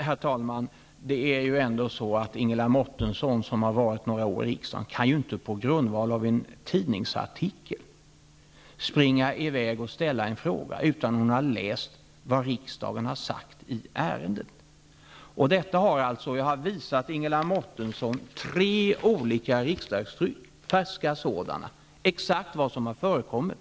Herr talman! Det är ju ändå så att Ingela Mårtensson, som har varit några år i riksdagen, inte på grundval av en tidningsartikel kan springa i väg och ställa en fråga utan att ha läst vad riksdagen har sagt i ärendet. Jag har visat Ingela Mårtensson tre färska riksdagshandlingar, som exakt anger vad som har förekommit.